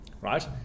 right